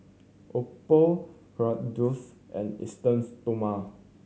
Oppo Kordel's and Esteem Stoma